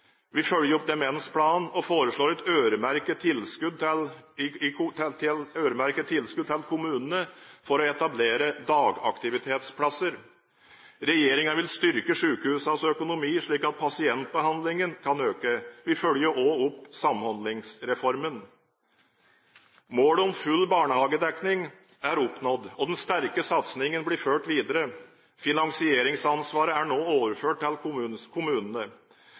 Vi følger opp demensplanen og foreslår et øremerket tilskudd til kommunene for å etablere dagaktivitetsplasser. Regjeringen vil styrke sykehusenes økonomi slik at pasientbehandlingen kan øke. Vi følger også opp Samhandlingsreformen. Målet om full barnehagedekning er oppnådd, og den sterke satsingen blir ført videre. Finansieringsansvaret er nå overført til kommunene.